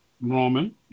Roman